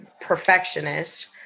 perfectionist